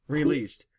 released